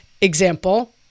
Example